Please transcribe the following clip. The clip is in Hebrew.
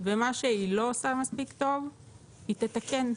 ומה שהיא לא עושה מספיק טוב היא תתקן.